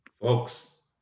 Folks